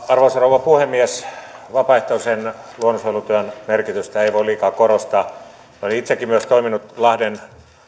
arvoisa rouva puhemies vapaaehtoisen luonnonsuojelutyön merkitystä ei voi liikaa korostaa olen itsekin toiminut lahden